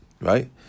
right